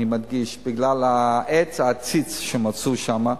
אני מדגיש בגלל העץ-העציץ שמצאו שם,